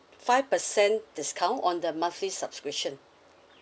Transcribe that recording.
five percent discount on the monthly subscription